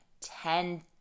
ten